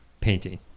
painting